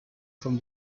from